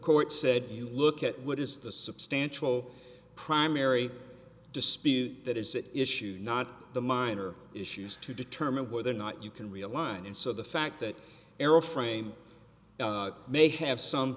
court said you look at what is the substantial primary dispute that is that issue not the minor issues to determine whether or not you can realign and so the fact that error frame may have some